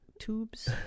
tubes